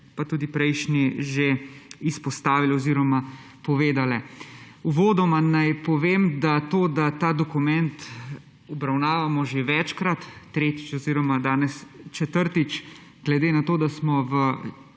pa tudi prejšnji, že izpostavile oziroma povedale. Uvodoma naj povem, da to, da ta dokument obravnavamo že večkrat, danes četrtič, glede na to, da smo v